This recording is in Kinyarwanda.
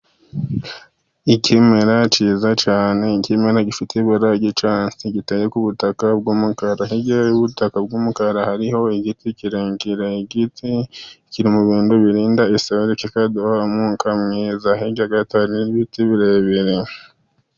Ikimera cyiza cyane, ikimera gifite ibara ry'icyatsi, giteye ku butaka bw'umukara, hirya y'ubutaka bw'umukara, hariho igiti kirekire, igiti kiri mu bintu birinda isuri, kikaduha umwuka mwiza hirya gato hariho ibiti biremere.